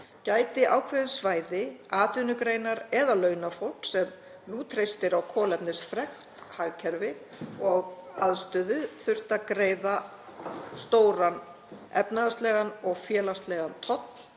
gætu ákveðin svæði, atvinnugreinar eða launafólk sem nú treystir á kolefnisfrekt hagkerfi og aðstöðu þurft að greiða stóran efnahagslegan og félagslegan toll